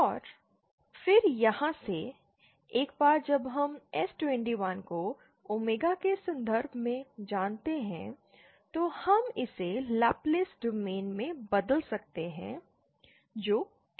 और फिर यहाँ से एक बार जब हम S21 को ओमेगा के संदर्भ में जानते हैं तो हम इसे लैप्लस डोमेन में बदल सकते हैं जो S डोमेन है